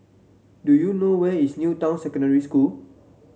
do you know where is New Town Secondary School